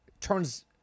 turns